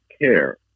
care